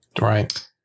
Right